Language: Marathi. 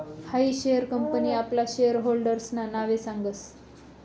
हायी शेअर कंपनी आपला शेयर होल्डर्सना नावे सांगस